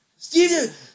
Steve